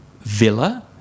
villa